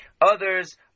Others